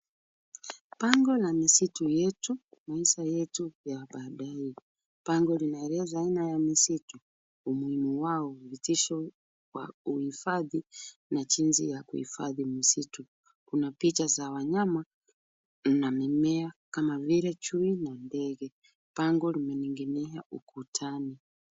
Bango la misitu yetu, maisha yetu ya badae. Bango linaeleza aina ya misitu, umuhimu wao, vitisho wa uhifadhi na jinsi ya kuhifadhi misitu. Kuna picha za wanyama na mimea kama vile chui na ndege. Bango limening'inia ukutani.